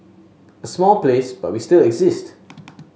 a small place but we still exist